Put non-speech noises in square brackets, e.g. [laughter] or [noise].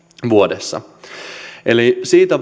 vuodessa tällä hetkellä siitä [unintelligible]